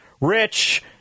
Rich